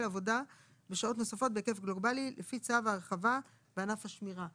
עבודה בשעות נוספות בהיקף גלובלי לפי צו ההרחבה בענף השמירה.